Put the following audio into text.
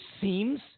seems